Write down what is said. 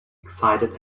excited